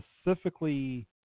specifically